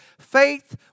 Faith